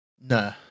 no